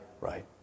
right